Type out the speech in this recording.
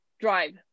drive